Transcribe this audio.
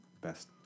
best